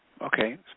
Okay